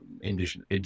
indigenous